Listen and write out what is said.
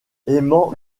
aimant